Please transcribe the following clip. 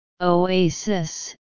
Oasis